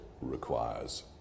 requires